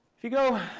if you go,